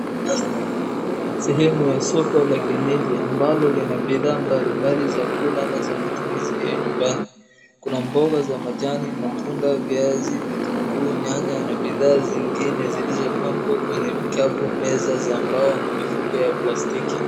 Sehemu ya soko ĺa kienyeji ambalo lina bidhaa mbali mbali za kula na za matumizi ya nyumbani, kuna mboga za majani, matunda, viazi, vitunguu, nyanya, na bidhaa zingine zilizopangwa kwenye vikapu, meza za mbao na mifuko za plastiki.